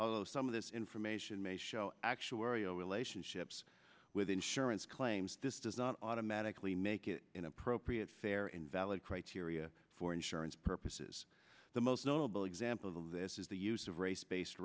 reports some of this information may show actuarial relationships with insurance claims this does not automatically make it inappropriate fair and valid criteria for insurance purposes the most notable example of this is the use of race based